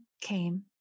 came